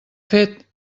fet